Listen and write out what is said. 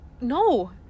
no